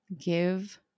give